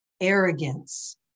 arrogance